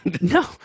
No